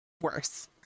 worse